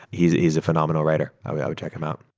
he's he's a phenomenal writer. i would i would check him out.